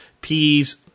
peas